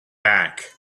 back